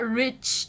rich